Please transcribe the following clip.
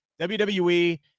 WWE